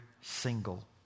single